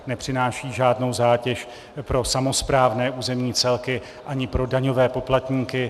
Nepřináší žádnou zátěž pro samosprávné územní celky ani pro daňové poplatníky.